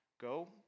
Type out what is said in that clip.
go